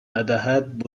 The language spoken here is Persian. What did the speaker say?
ندهد